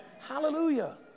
Hallelujah